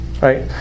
right